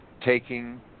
taking